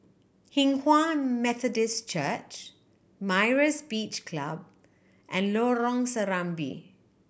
Hinghwa Methodist Church Myra's Beach Club and Lorong Serambi